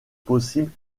possible